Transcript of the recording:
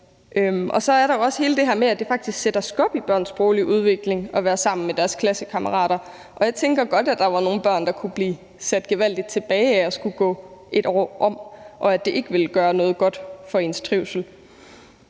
Og så er der også hele det her med, at det faktisk sætter skub i børns sproglige udvikling at være sammen med deres klassekammerater. Jeg tænker godt, at der var nogle børn, der kunne blive sat gevaldigt tilbage af at skulle gå et år om, og at det ikke ville gøre noget godt for ens trivsel.